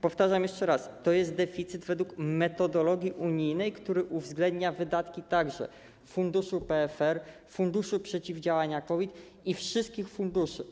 Powtarzam jeszcze raz, to jest deficyt według metodologii unijnego, który uwzględnia wydatki także funduszu PFR, Funduszu Przeciwdziałania COVID-19, wszystkich funduszy.